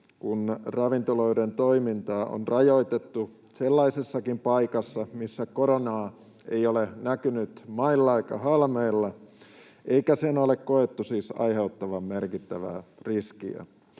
kun ravintoloiden toimintaa on rajoitettu sellaisessakin paikassa, missä koronaa ei ole näkynyt mailla eikä halmeilla eikä sen ole koettu siis aiheuttavan merkittävää riskiä.